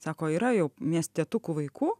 sako yra jau miestietukų vaikų